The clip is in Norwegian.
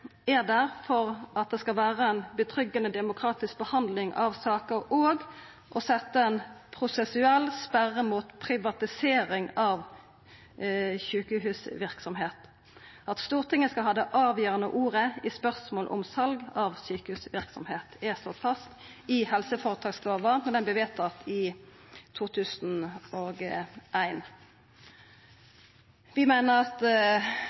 for at det skal vera ei betryggande demokratisk behandling av saka, og for å setja ei prosessuell sperre mot privatisering av sjukehusverksemd. At Stortinget skal ha det avgjerande ordet i spørsmål om sal av sjukehusverksemd, vart slått fast i helseføretakslova da ho vart vedtatt i 2001. Vi meiner difor at